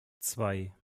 zwei